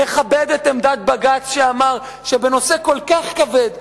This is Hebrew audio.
לכבד את עמדת בג"ץ שאמר שבנושא כל כך כבד,